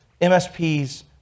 MSPs